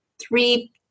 three